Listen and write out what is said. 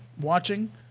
watching